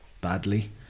badly